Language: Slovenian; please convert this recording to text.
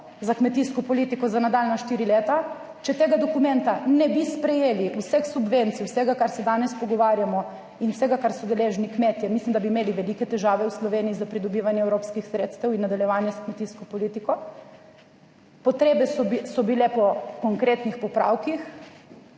za kmetijsko politiko za nadaljnja štiri leta. Če tega dokumenta ne bi sprejeli, vseh subvencij, vsega, kar se danes pogovarjamo in vsega, kar so deležni kmetje, mislim, da bi imeli velike težave v Sloveniji s pridobivanjem evropskih sredstev in nadaljevanje s kmetijsko politiko. Potrebe so bile po konkretnih popravkih.